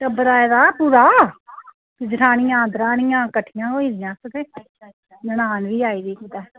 टब्बर आए दा पूरा दरानियां जठानियां कट्ठियां होई दियां ते ननान बी आई दी